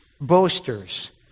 boasters